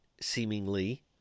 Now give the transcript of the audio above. seemingly